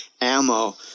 ammo